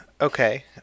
Okay